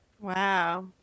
wow